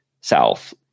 South